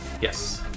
Yes